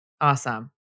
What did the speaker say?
awesome